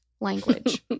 Language